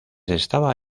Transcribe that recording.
estaba